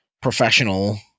professional